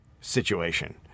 situation